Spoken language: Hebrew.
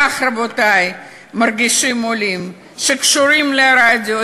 כך, רבותי, מרגישים עולים, שקשורים לרדיו.